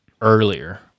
earlier